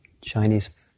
Chinese